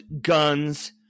guns